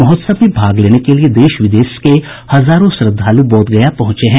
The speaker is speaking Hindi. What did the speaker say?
महोत्सव में भाग लेने के लिए देश विदेश के हजारों श्रद्धालु बोधगया पहुंचे हैं